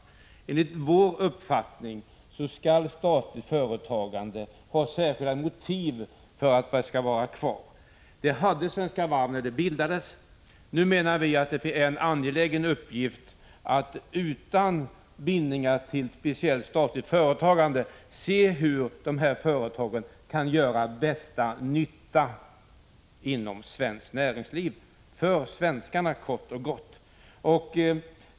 21 Enligt vår uppfattning skall statligt företagande ha särskilda motiv för att det skall bibehållas. Sådana motiv fanns när Svenska Varv bildades. Nu menar vi att det är en angelägen uppgift att utan bindningar till speciellt statligt företagande se hur dessa företag kan göra bäst nytta inom svenskt näringsliv — för svenskarna kort och gott.